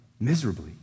miserably